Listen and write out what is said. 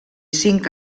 cinc